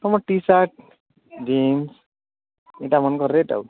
ତମର T shirt jeans ଏଇଟାମାନଙ୍କ rate ଆଉ